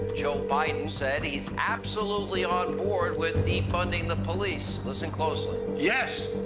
joe biden says he's absolutely on board with defunding the police. listen crossley. yes,